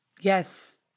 Yes